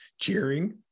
cheering